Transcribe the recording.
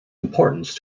importance